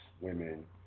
women